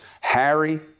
Harry